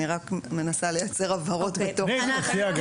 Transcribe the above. אני רק מנסה לייצר הבהרות בתוך משרדי הממשלה.